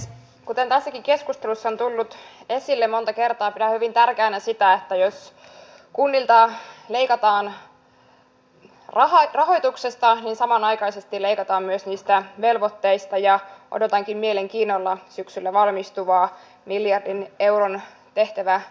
kuten tässäkin keskustelussa on tullut esille monta kertaa pidän hyvin tärkeänä sitä että jos kunnilta leikataan rahoituksesta niin samanaikaisesti leikataan myös niistä velvoitteista ja odotankin mielenkiinnolla syksyllä valmistuvaa miljardin euron tehtäväkarsintalistaa